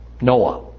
Noah